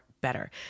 better